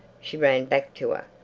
she ran back to her.